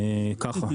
ככה.